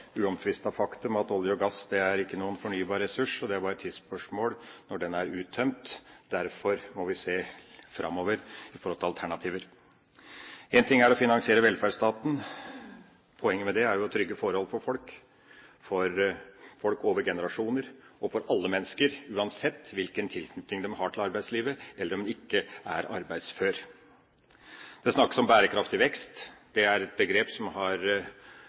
uomtvistet faktum at olje og gass ikke er noen fornybar ressurs. Det er bare et tidsspørsmål når den er uttømt. Derfor må vi se framover med tanke på alternativer. Én ting er å finansiere velferdsstaten. Poenget med det er å trygge forholdene for folk – over generasjoner og for alle mennesker – uansett hvilken tilknytning de har til arbeidslivet, eller om de ikke er arbeidsføre. Det snakkes om bærekraftig vekst. Det er et begrep som har